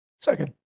Second